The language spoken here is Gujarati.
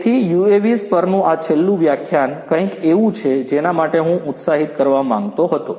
તેથી UAVs પરનું આ છેલ્લું વ્યાખ્યાન કંઈક એવું છે જેના માટે હું ઉત્સાહિત કરવા માંગતો હતો